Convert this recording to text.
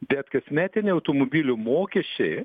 bet kasmetiniai automobilių mokesčiai